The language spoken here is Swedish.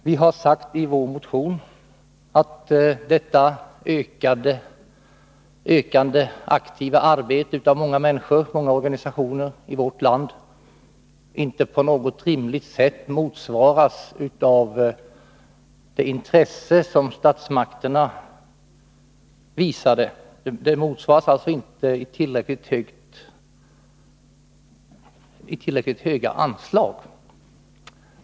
Vi hari vår motion sagt att detta ökande aktiva arbete av många människor och organisationer i vårt land inte på något rimligt sätt motsvaras av det intresse som statsmakterna visar när det gäller tillräckligt stora anslag.